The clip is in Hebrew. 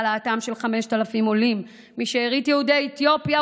העלאתם של 5,000 עולים משארית יהודי אתיופיה,